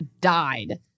died